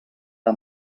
ara